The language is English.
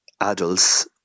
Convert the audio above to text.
adults